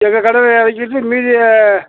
எங்கள் கடையில் வைச்சிருந்து மீதியை